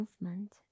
movement